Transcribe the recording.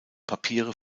papiere